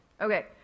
Okay